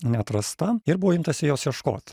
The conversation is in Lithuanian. neatrasta ir buvo imtasi jos ieškot